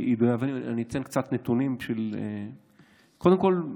אני אתן קצת נתונים: קודם כול,